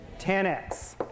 10x